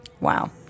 Wow